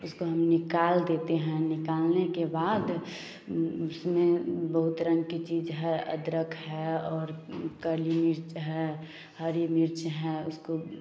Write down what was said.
उसको हम निकाल देते हैं निकालने के बाद उसमें बहुत रंग की चीज़ है अदरक है और काली मिर्च है हरी मिर्च है उसको